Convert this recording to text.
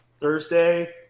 Thursday